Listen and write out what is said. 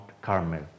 Carmel